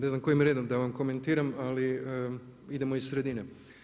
Ne znam kojim redom da vam komentiram, ali idemo iz sredine.